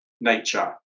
nature